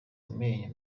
amenyo